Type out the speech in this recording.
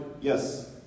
yes